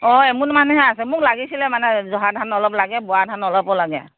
অ এমোনমানহে আছে মোক লাগিছিলে মানে জহা ধান অলপ লাগে বৰা ধান অলপো লাগে